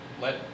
Let